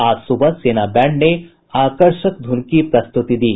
आज सुबह सेना बैंड ने आकर्षक धुन की प्रस्तुति दी